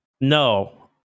No